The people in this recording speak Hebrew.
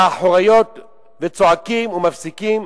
האחוריות וצועקים ומפסיקים?